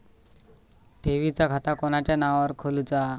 ठेवीचा खाता कोणाच्या नावार खोलूचा?